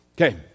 Okay